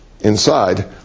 inside